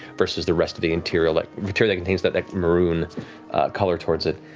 versus the rest of the interior like interior that contains that maroon color towards it.